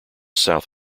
south